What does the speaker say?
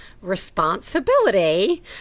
responsibility